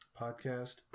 podcast